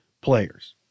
players